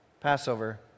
Passover